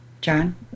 John